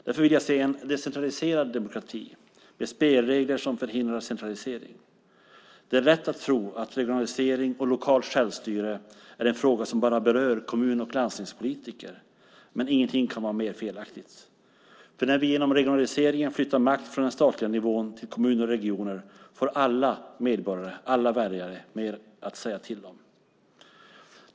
Därför vill jag se en decentraliserad demokrati med spelregler som förhindrar centralisering. Det är lätt att tro att regionalisering och lokalt självstyre är en fråga som bara berör kommun och landstingspolitiker. Ingenting kan dock vara mer felaktigt, för när vi genom regionaliseringen flyttar makt från den statliga nivån till kommuner och regioner får alla medborgare, alla väljare mer att säga till om.